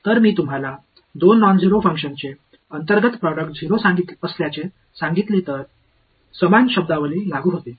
பூஜ்ஜியமற்ற இரண்டு செயல்பாடுகளுக்கு இன்னா் ப்ரோடக்ட் 0 இருப்பதாக நான் உங்களுக்குச் சொன்னால் அதே சொல் பொருந்தும்